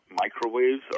microwaves